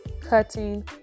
cutting